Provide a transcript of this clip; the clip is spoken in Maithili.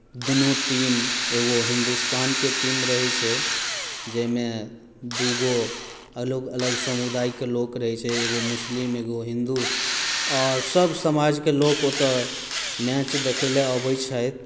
दुनू टीम एगो हिन्दुस्तानके टीम रहैत छै जाहिमे दूगो अलग अलग समुदायके लोक रहैत छै एगो मुस्लिम एगो हिन्दू आओर सभ समाजके लोक ओतय मैच देखय लेल अबैत छथि